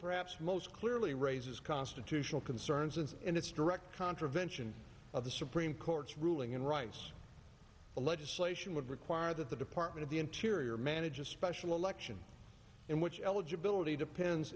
perhaps most clearly raises constitutional concerns and in its direct contravention of the supreme court's ruling in rice the legislation would require that the department of the interior manage a special election in which eligibility depends